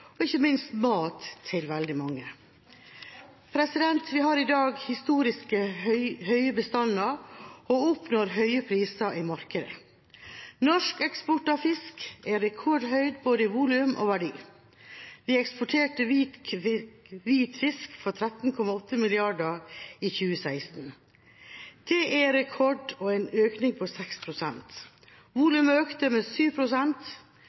og ikke minst som mat til veldig mange. Vi har i dag historisk høye bestander og oppnår høye priser i markedet. Norsk eksport av fisk er rekordhøy både i volum og verdi. Vi eksporterte hvitfisk for 13,8 mrd. kr i 2016. Det er rekord og en økning på 6 pst. Volumet økte med